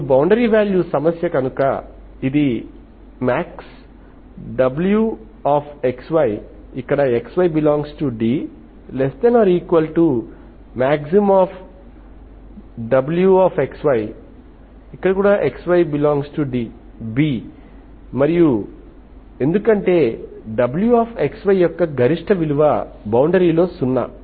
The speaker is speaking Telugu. ఇప్పుడు బౌండరీ వాల్యూ సమస్య కనుక ఇది maxwxy xy∈D maxwxy xy∈B మరియు ఎందుకంటే wxy యొక్క గరిష్ట విలువ బౌండరీలో సున్నా